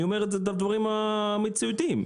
אני אומר דברים מציאותיים.